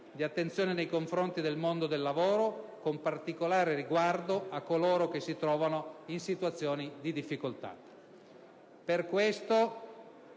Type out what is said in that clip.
di attenzione nei confronti del mondo del lavoro, con particolare riguardo a coloro che si trovano in situazioni di difficoltà.